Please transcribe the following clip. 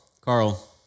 Carl